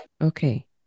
Okay